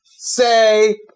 Say